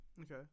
Okay